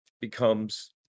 becomes